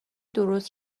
درست